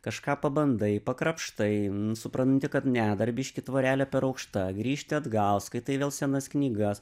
kažką pabandai pakrapštai supranti kad ne dar biški tvorelė per aukšta grįžti atgal skaitai vėl senas knygas